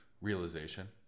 realization